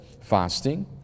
fasting